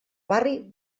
barri